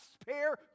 spare